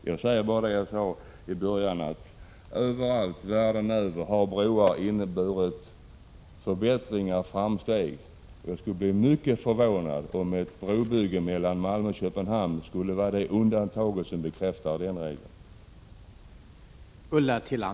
Jag upprepar vad jag sade i början av debatten: Överallt världen över har broar inneburit förbättringar och framsteg. Jag skulle bli mycket förvånad om ett brobygge mellan Malmö och Köpenhamn skulle bli det undantag som bekräftar den regeln.